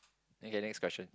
are you getting next question